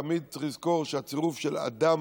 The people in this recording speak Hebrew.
תמיד צריך לזכור שהצירוף של אדם,